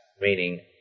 meaning